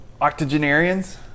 octogenarians